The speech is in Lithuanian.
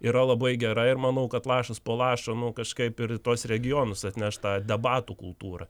yra labai gera ir manau kad lašas po lašo nu kažkaip ir į tuos regionus atneš tą debatų kultūrą